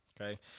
Okay